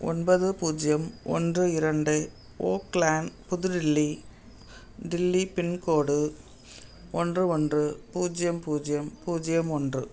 ஒன்பது பூஜ்யம் ஒன்று இரண்டு ஓக் லேன் புது தில்லி தில்லி பின்கோடு ஒன்று ஒன்று பூஜ்யம் பூஜ்யம் பூஜ்யம் ஒன்று